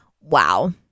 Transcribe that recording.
Wow